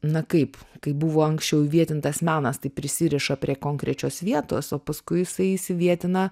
na kaip kaip buvo anksčiau įvietintas menas tai prisiriša prie konkrečios vietos o paskui jisai įsivietina